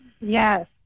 Yes